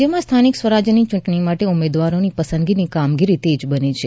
રાજ્યમાં સ્થાનિક સ્વરાજની ચૂંટણી માટે ઉમેદવારો પસંદગીની કામગીરી તેજ બની છે